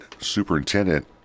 superintendent